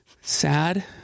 sad